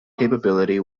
capability